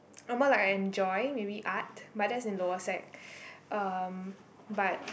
or more like I enjoy maybe art but that's in lower sec um but